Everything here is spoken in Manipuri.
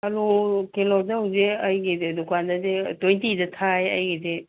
ꯑꯂꯨ ꯀꯤꯂꯣꯗ ꯍꯧꯖꯤꯛ ꯑꯩꯒꯤ ꯗꯨꯀꯥꯟꯗꯗꯤ ꯇ꯭ꯋꯦꯟꯇꯤꯗ ꯊꯥꯏ ꯑꯩꯒꯤꯗꯤ